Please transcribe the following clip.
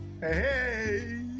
Hey